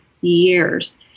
years